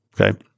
okay